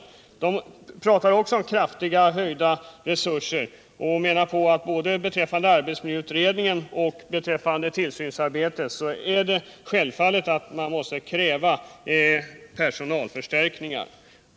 Även SACO/SR talar om en kraftig höjning av resurserna och menar att man beträffande både arbetsmiljöutredningen och tillsynsarbetet självfallet måste kräva personalförstärkningar.